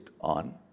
on